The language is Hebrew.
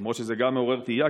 למרות שגם זה מעורר תהייה,